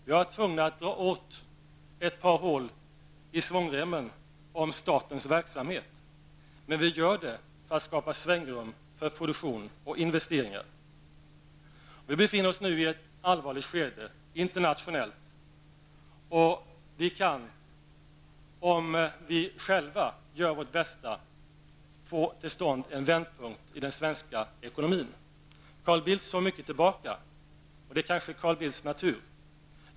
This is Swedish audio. Vi har varit tvungna att dra åt ett par hål i svångremmen om statens verksamhet, men vi gör det för att skapa svängrum för produktion och investeringar. Vi befinner oss nu i ett allvarligt skede internationellt, och vi kan om vi själva gör vårt bästa få till stånd en vändpunkt i den svenska ekonomin. Carl Bildt såg mycket tillbaka, och det är kanske Carl Bildts natur.